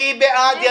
מי בעד?